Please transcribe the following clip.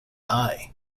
eye